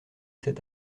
cet